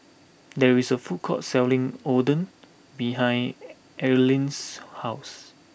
there is a food court selling Oden behind Earlean's house